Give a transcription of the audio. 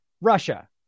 Russia